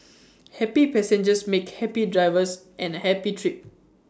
happy passengers make happy drivers and A happy trip